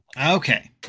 Okay